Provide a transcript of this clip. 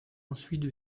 ensuite